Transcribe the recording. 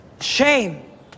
shame